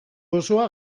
osoa